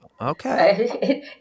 Okay